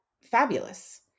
fabulous